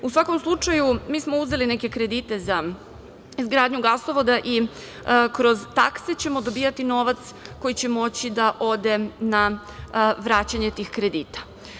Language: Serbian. U svakom slučaju, mi smo uzeli neke kredite za izgradnju gasovoda i kroz takse ćemo dobijati novac koji će moći da ode na vraćanje tih kredita.